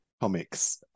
comics